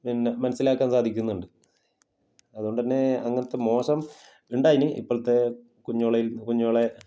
പിന്നെ മനസ്സിലാക്കാന് സാധിക്കുന്നുണ്ട് അതുകൊണ്ടുതന്നെ അങ്ങനത്തെ മോശം ഉണ്ടായിരുന്നു ഇപ്പോഴത്തെ കുഞ്ഞോളെ കുഞ്ഞോളെ